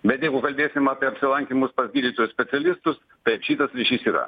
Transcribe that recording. bet jeigu kalbėsim apie apsilankymus pas gydytojus specialistus taip šitas ryšys yra